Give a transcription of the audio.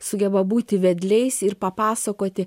sugeba būti vedliais ir papasakoti